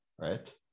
Right